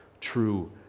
true